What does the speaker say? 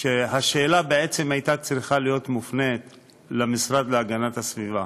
שהשאלה בעצם הייתה צריכה להיות מופנית למשרד להגנת הסביבה